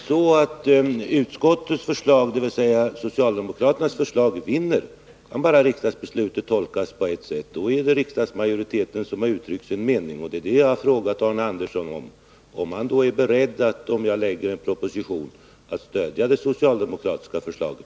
Herr talman! Om utskottets förslag, dvs. socialdemokraternas förslag, vinner kan riksdagsbeslutet bara tolkas på ett sätt. Då är det riksdagsmajoriteten som uttryckt sin mening. Jag har då frågat Arne Andersson i Ljung om han i så fall är beredd, om jag framlägger en proposition, att stödja det socialdemokratiska förslaget.